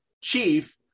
chief